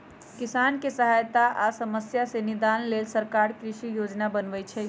किसानके सहायता आ समस्या से निदान लेल सरकार कृषि योजना बनय छइ